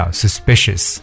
suspicious